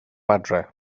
adre